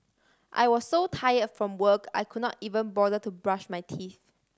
I was so tired from work I could not even bother to brush my teeth